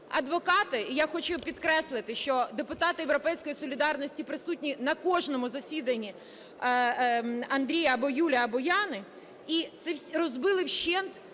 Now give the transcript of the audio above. Адвокати, і я хочу підкреслити, що депутати "Європейської солідарності" присутні на кожному засіданні Андрія, або Юлі, або Яни, розбили вщент